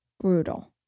brutal